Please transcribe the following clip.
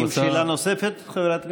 האם, שאלה נוספת, חברת הכנסת?